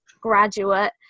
graduate